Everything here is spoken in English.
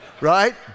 Right